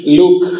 look